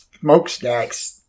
smokestacks